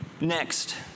Next